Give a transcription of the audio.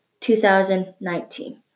2019